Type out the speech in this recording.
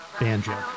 banjo